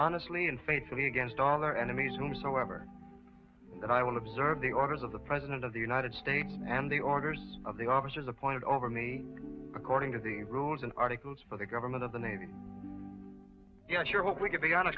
honestly and faithfully against all their enemies and so ever that i will observe the orders of the president of the united states and the orders of the officers appointed over me according to the rules and articles for the government of the navy yeah sure but we can be on a